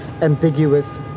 ambiguous